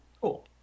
Cool